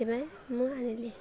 ସେଥିପାଇଁ ମୁଁ ଆଣିଲି